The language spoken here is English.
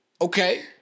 Okay